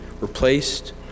replaced